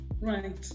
right